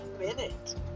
minute